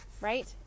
right